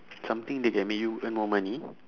something that can make you earn more money